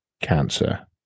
cancer